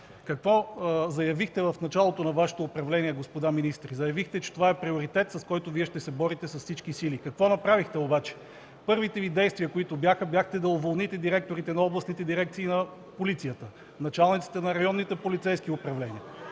Какво заявихте в началото на Вашето управление, господа министри? Заявихте, че това е приоритет, за който Вие ще се борите с всички сили. Какво направихте обаче? Първите Ви действия бяха да уволните директорите на областните дирекции на полицията – началниците на районните полицейски управления.